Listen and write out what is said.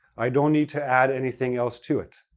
i don't need to add anything else to it.